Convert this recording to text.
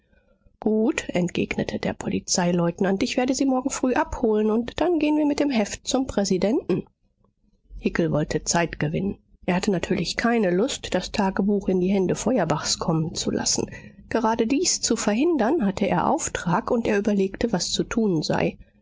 gut entgegnete der polizeileutnant ich werde sie morgen früh abholen und dann gehen wir mit dem heft zum präsidenten hickel wollte zeit gewinnen er hatte natürlich keine lust das tagebuch in die hände feuerbachs kommen zu lassen gerade dies zu verhindern hatte er auftrag und er überlegte was zu tun sei